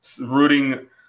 rooting